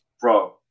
bro